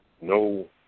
No